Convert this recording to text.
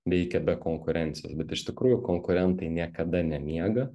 veikia be konkurencijos bet iš tikrųjų konkurentai niekada nemiega